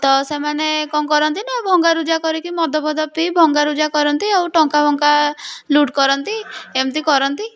ତ ସେମାନେ କ'ଣ କରନ୍ତି ନା ଭଙ୍ଗାରୁଜା କରିକି ମଦ ଫଦ ପିଇ ଭଙ୍ଗା ରୁଜା କରନ୍ତି ଆଉ ଟଙ୍କା ଫଙ୍କା ଲୁଟ୍ କରନ୍ତି ଏମିତି କରନ୍ତି